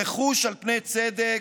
רכוש על פני צדק,